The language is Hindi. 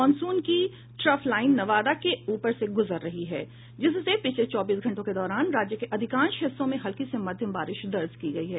मॉनसून की ट्रफलाईन नवादा के ऊपर से होकर गुजर रही है जिससे पिछले चौबीस घंटों के दौरान राज्य के अधिकांश हिस्सों में हल्की से मध्यम बारिश दर्ज की गयी है